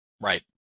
Right